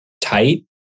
tight